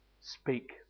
speak